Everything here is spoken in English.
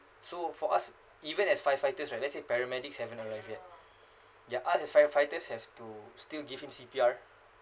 so for us even as firefighters right let's say paramedics haven't arrived yet ya us as firefighters have to still give him C_P_R